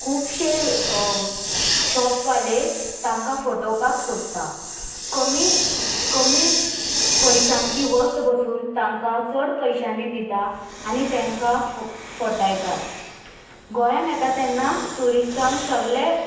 खुबशे शॉपवाले तांकां फटोवपाक सोदता कमी कमी पयशांची वस्त बसून तांकां चड पयशांनी दिता आनी तेंकां फ फटायतात गोंयान येता तेन्ना ट्युरिस्टांक सगलें